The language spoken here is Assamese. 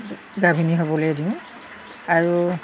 গাভিনী হ'বলৈ দিওঁ আৰু